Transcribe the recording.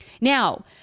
Now